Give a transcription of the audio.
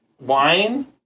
Wine